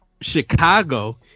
Chicago